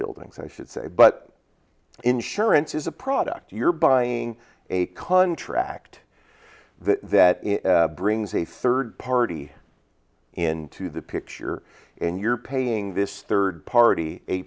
buildings i should say but insurance is a product you're buying a contract the that brings a third party into the picture and you're paying this third party a